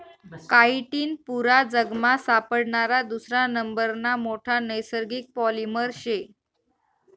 chitin पुरा जगमा सापडणारा दुसरा नंबरना मोठा नैसर्गिक पॉलिमर शे